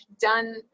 done